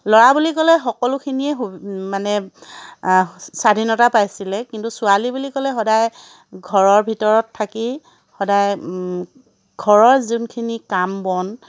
ল'ৰা বুলি ক'লে সকলোখিনিয়ে সু মানে স্বাধীনতা পাইছিলে কিন্তু ছোৱালী বুলি ক'লে সদায় ঘৰৰ ভিতৰত থাকি সদায় ঘৰৰ যোনখিনি কাম বন